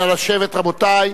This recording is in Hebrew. נא לשבת, רבותי.